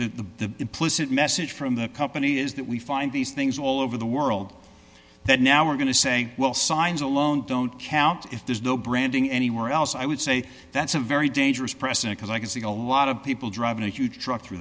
the implicit message from the company is that we find these things all over the world that now we're going to say well signs alone don't count if there's no branding anywhere else i would say that's a very dangerous precedent as i can see a lot of people driving a huge truck through